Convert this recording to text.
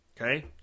Okay